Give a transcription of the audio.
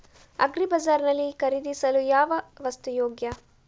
Agri bazaar ನಲ್ಲಿ ಖರೀದಿಸಲು ಯಾವ ವಸ್ತು ಯೋಗ್ಯ?